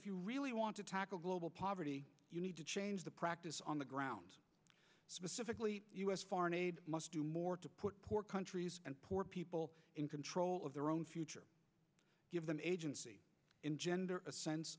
if you really want to tackle global poverty you need to change the practice on the ground specifically u s foreign aid must do more to put poor countries and poor people in control of their own future give them agency engender a sense